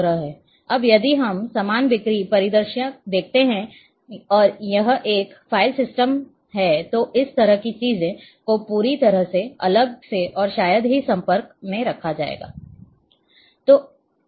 अब यदि हम समान बिक्री परिदृश्य देखते हैं और यह एक फाइल सिस्टम है तो इस तरह से चीजों को पूरी तरह से अलग से और शायद ही संपर्क रखा जाता है